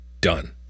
done